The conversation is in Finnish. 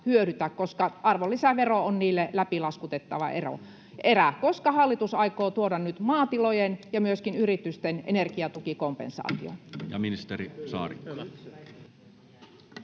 koska arvonlisävero on niille läpilaskutettavaa erää. Koska hallitus aikoo tuoda nyt maatilojen ja myöskin yritysten energiatukikompensaation? Ja ministeri Saarikko.